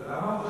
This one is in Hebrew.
ולמה הוא חושש?